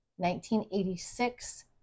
1986